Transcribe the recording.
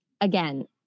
Again